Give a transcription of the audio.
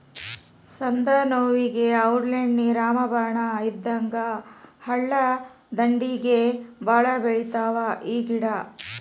ಸಂದನೋವುಗೆ ಔಡ್ಲೇಣ್ಣಿ ರಾಮಬಾಣ ಇದ್ದಂಗ ಹಳ್ಳದಂಡ್ಡಿಗೆ ಬಾಳ ಬೆಳಿತಾವ ಈ ಗಿಡಾ